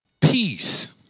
peace